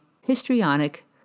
histrionic